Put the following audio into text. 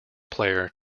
player